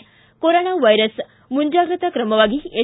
ಿ corona virus ಮುಂಜಾಗ್ರತಾ ಕ್ರಮವಾಗಿ ಎಸ್